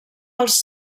els